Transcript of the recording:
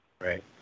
Right